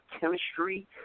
chemistry